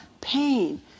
pain